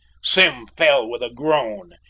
sim fell with a groan,